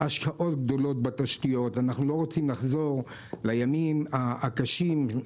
השקעות גדולות בתשתיות אנחנו לא רוצים לחזור לימים הקשים,